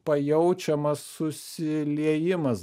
pajaučiamas susiliejimas